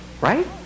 right